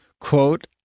quote